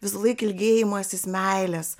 visąlaik ilgėjimasis meilės